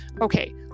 okay